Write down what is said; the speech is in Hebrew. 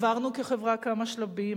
עברנו כחברה כמה שלבים,